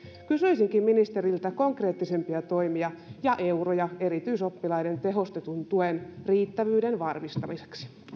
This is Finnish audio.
kysyisinkin ministeriltä konkreettisempia toimia ja euroja erityisoppilaiden tehostetun tuen riittävyyden varmistamiseksi